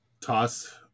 toss